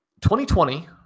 2020